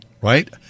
Right